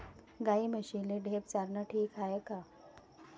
गाई म्हशीले ढेप चारनं ठीक हाये का?